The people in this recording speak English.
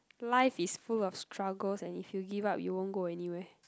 life is full of struggles and if you give up you won't go anywhere